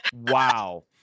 wow